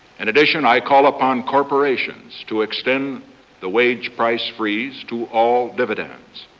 and addition, i call upon corporations to extend the wage-price freeze to all dividends.